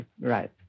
Right